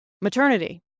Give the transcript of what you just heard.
maternity